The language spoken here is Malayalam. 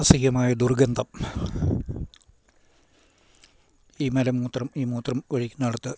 അസഹ്യമായ ദുർഗന്ധം ഈ മല മൂത്രം ഈ മൂത്രം ഒഴിക്കുന്നിടത്ത്